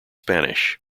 spanish